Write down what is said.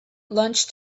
lunch